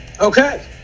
Okay